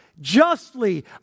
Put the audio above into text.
justly